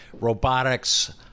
robotics